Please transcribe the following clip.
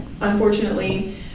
unfortunately